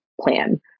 plan